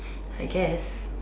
I guess